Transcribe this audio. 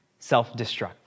Self-destruct